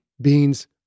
Beans